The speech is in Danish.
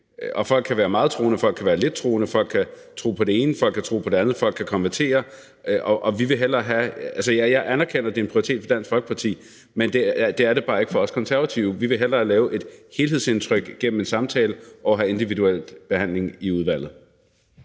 Folk kan være meget troende, og folk kan være lidt troende, folk kan tro på det ene, og folk kan tro på det andet, og folk kan konvertere. Jeg anerkender, at det er en prioritet for Dansk Folkeparti, men det er det bare ikke for os Konservative. Vi vil hellere danne os et helhedsindtryk gennem en samtale og have en individuel behandling i udvalget.